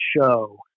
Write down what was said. show